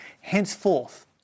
Henceforth